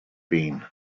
been